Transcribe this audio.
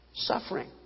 suffering